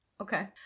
okay